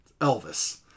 Elvis